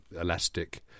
elastic